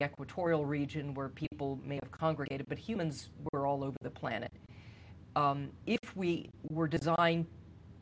equitorial region where people may have congregated but humans were all over the planet if we were designed